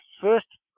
first